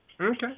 Okay